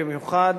במיוחד